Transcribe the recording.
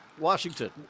Washington